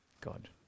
God